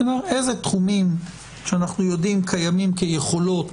איזה תחומים שאנחנו יודעים קיימים כיכולות